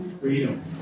Freedom